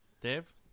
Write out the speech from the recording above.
Dave